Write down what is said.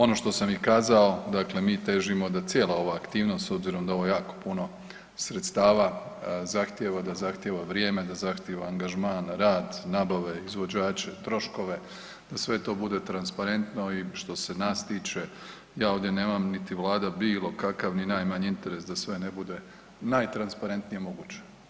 Ono što sam i kazao, dakle mi težimo da cijela ova aktivnost s obzirom da je ovo jako puno sredstava, zahtjeva, da zahtjeva vrijeme, da zahtjeva angažman, rad, nabave, izvođače, troškove, da sve to bude transparentno i što se nas tiče ja ovdje nemam, niti vlada bilo kakav ni najmanji interes da sve ne bude najtransparentnije moguće.